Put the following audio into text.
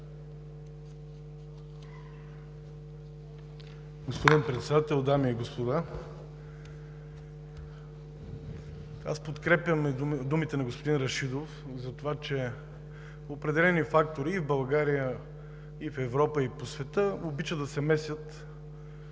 Господин Председател, дами и господа! Аз подкрепям думите на господин Рашидов за това, че определени фактори и в Европа, и по света обичат да се месят